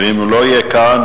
ואם הוא לא יהיה כאן,